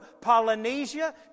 Polynesia